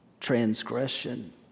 transgression